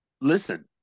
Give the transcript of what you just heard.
listen